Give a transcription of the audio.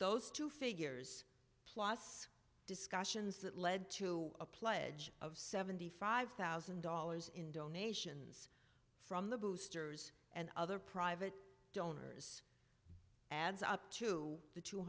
those two figures plus discussions that lead to a pledge of seventy five thousand dollars in donations from the boosters and other private donors adds up to the two